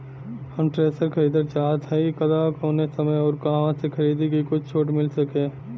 हम थ्रेसर खरीदल चाहत हइं त कवने समय अउर कहवा से खरीदी की कुछ छूट मिल सके?